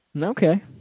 Okay